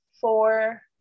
four